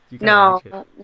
No